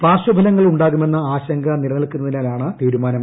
പാർശ്വഫലങ്ങൾ ഉണ്ടാകുമെന്ന ആശങ്ക നിലനിൽക്കുന്നതിനാ ലാണ് തീരുമാനം